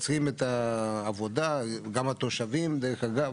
גם התושבים, דרך אגב,